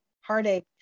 heartache